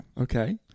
Okay